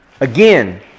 Again